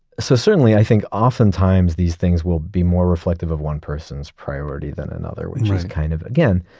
so certainly i think oftentimes these things will be more reflective of one person's priority than another, which is kind of, again,